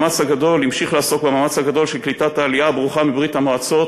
המשיך לעסוק במאמץ הגדול של קליטת העלייה הברוכה מברית-המועצות